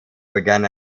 began